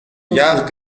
яах